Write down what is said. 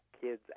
kids